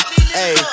hey